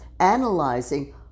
analyzing